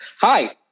Hi